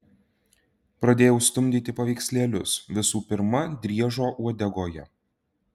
pradėjau stumdyti paveikslėlius visų pirma driežo uodegoje